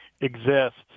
exists